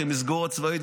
כמסגרת צבאית,